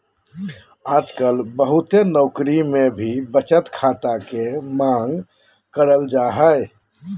आजकल बहुते नौकरी मे भी बचत खाता के मांग करल जा हय